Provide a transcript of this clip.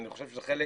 אני חושב שזה חלק